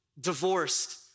divorced